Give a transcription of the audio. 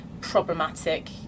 problematic